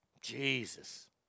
Jesus